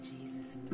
Jesus